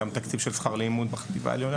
גם תקציב של שכר לימוד בחטיבה העליונה,